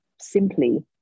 simply